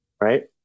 Right